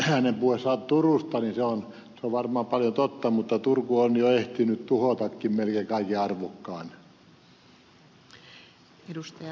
hänen puheessaan turusta on varmaan paljon totta mutta turku on jo ehtinyt tuhotakin melkein kaiken arvokkaan